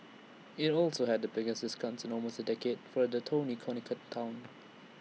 IT also had the biggest discounts in almost A decade for the Tony Connecticut Town